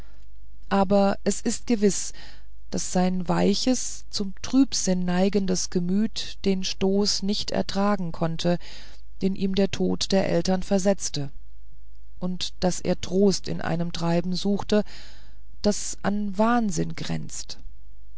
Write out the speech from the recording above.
aber es ist gewiß daß sein weiches zum trübsinn geneigtes gemüt den stoß nicht ertragen konnte den ihm der tod der eltern versetzte und daß er trost in einem treiben suchte das an wahnsinn grenzt